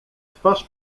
twarz